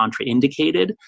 contraindicated